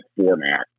format